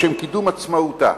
לשם קידום עצמאותה.